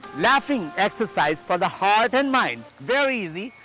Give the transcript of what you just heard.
laughing exercise for the heart and mind very easy.